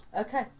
Okay